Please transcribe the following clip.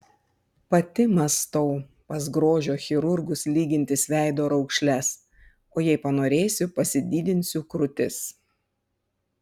pati mąstau pas grožio chirurgus lygintis veido raukšles o jei panorėsiu pasididinsiu krūtis